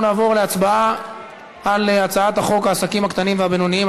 אנחנו נעבור להצבעה על הצעת חוק העסקים הקטנים והבינוניים,